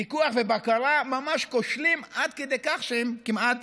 פיקוח ובקרה ממש כושלים, עד כדי כך שהם כמעט